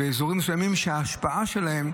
אלה הדברים,